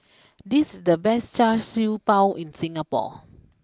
this is the best Char Siew Bao in Singapore